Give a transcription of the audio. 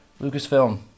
Lucasfilm